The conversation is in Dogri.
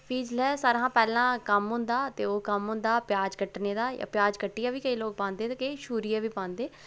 भी जिसलै सारें शा पैह्ला कम्म होंदा ते ओह् कम्म होंदा प्याज कट्टने दा प्याज कट्टियै बी केईं लोक पांदे केईं शूरियै बी पांदे